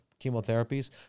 chemotherapies